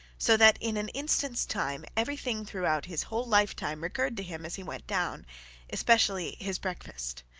so that in an instant's time everything throughout his whole lifetime recurred to him as he went down especially his breakfast.